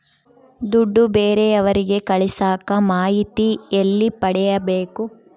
ದುಡ್ಡು ಬೇರೆಯವರಿಗೆ ಕಳಸಾಕ ಮಾಹಿತಿ ಎಲ್ಲಿ ಪಡೆಯಬೇಕು?